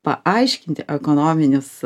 paaiškinti ekonominius